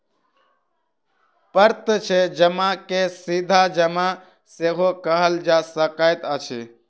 प्रत्यक्ष जमा के सीधा जमा सेहो कहल जा सकैत अछि